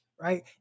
Right